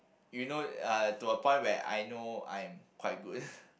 you know uh to a point where I know I am quite good